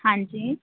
ਹਾਂਜੀ